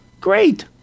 great